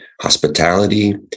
hospitality